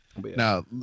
Now